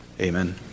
amen